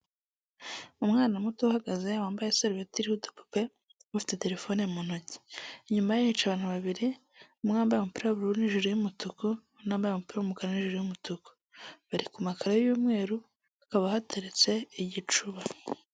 Umwana muto uhagaze wambaye isarubeti iriho udupupe afite telefone mu ntoki, inyuma ye hicaye abantu babiri, umwe wambaye umupira w'ubururu n'ijiri y'umutuku, undi wambaye umupiro w'umukara hejuru umutuku, bari ku makayo y'umweru hakaba hateretse igicuba.